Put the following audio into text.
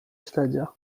śledzia